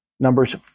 Numbers